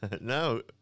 no